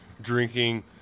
drinking